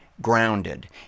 grounded